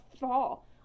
fall